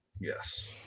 yes